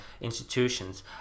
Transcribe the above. institutions